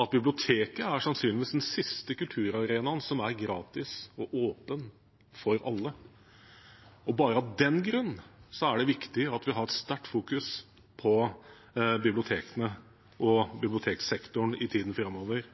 at biblioteket sannsynligvis er den siste kulturarenaen som er gratis og åpen for alle. Bare av den grunn er det viktig at vi fokuserer sterkt på bibliotekene og biblioteksektoren i tiden framover.